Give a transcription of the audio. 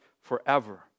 forever